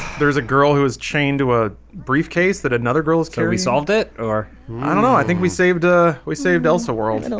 there's a girl who was chained to a briefcase that another girl has clearly solved it or i don't know. i think we saved ah we saved elsa world and